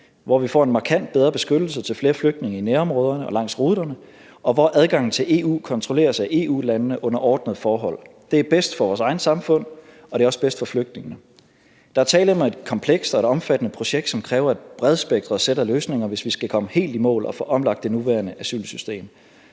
hvor vi får en markant bedre beskyttelse af flere flygtninge i nærområderne og langs ruterne, og hvor adgangen til EU kontrolleres af EU-landene under ordnede forhold. Det er bedst for vores eget samfund, og det er også bedst for flygtningene. Der er tale om et komplekst og omfattende projekt, som kræver et bredspektret sæt af løsninger, hvis vi skal komme helt i mål og få omlagt det nuværende asylsystem.